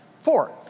Four